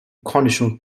conditional